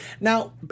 Now